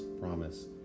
promise